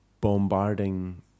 bombarding